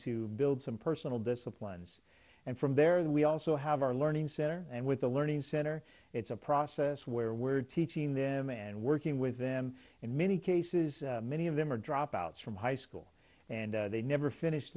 to build some personal disciplines and from there then we also have our learning center and with the learning center it's a process where we're teaching them and working with them in many cases many of them are dropouts from high school and they never finish